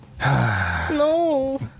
No